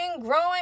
growing